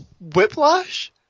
whiplash